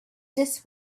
this